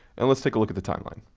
and let's take a look at the timeline.